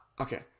okay